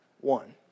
one